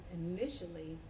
initially